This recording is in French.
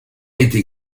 été